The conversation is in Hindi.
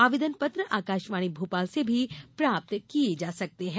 आवेदन पत्र आकाशवाणी भोपाल से भी प्राप्त किये जा सकते हैं